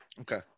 Okay